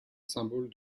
symbole